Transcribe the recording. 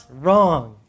wrong